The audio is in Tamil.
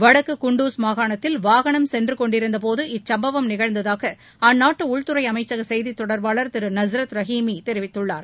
வடக்கு குண்டூஸ் மாகாணத்தில் வாகனம் சென்றுக்கொண்டிருந்தபோது இச்சம்பவம் நிகழ்ந்ததாக அந்நாட்டு உள்துறை அமைச்சக செய்தித் தொடர்பாளர் திரு நஸ்ரத் ரஹீமி தெரிவித்துள்ளார்